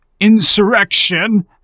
insurrection